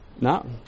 No